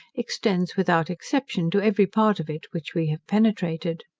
extends without exception to every part of it which we have penetrated.